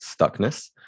stuckness